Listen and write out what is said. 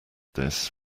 this